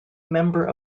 member